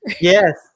Yes